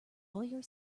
lawyer